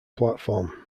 platform